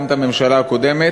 גם את הממשלה הקודמת,